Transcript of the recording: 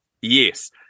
Yes